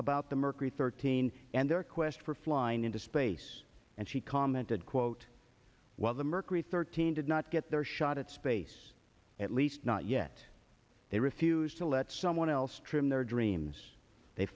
about the mercury thirteen and their quest for flying into space and she commented quote while the mercury thirteen did not get their shot at space at least not yet they refused to let someone else trim their dreams they